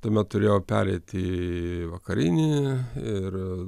tuomet turėjo pereiti į vakarinį ir